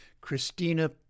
Christina